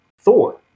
Thor